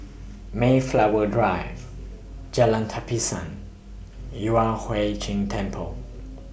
Mayflower Drive Jalan Tapisan Yueh Hai Ching Temple